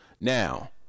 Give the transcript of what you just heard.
Now